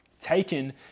taken